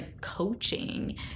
coaching